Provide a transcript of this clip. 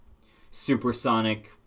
supersonic